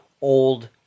old